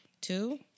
two